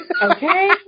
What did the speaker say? Okay